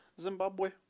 Zimbabwe